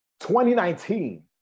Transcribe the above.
2019